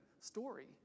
story